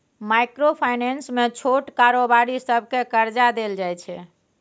micro finance मे छोट कारोबारी सबकेँ करजा देल जाइ छै